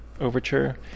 overture